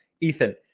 Ethan